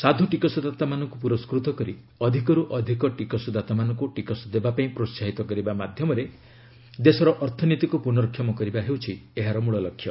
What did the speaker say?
ସାଧୁ ଟିକସଦାତାମାନଙ୍କୁ ପୁରସ୍କୃତ କରି ଅଧିକରୁ ଅଧିକ ଟିକସଦାତାମାନଙ୍କୁ ଟିକସ ଦେବା ପାଇଁ ପ୍ରୋହାହିତ କରିବା ମାଧ୍ୟମରେ ଦେଶର ଅର୍ଥନୀତିକୁ ପୁନର୍କ୍ଷମ କରିବା ହେଉଛି ଏହାର ମୂଳ ଲକ୍ଷ୍ୟ